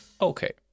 okay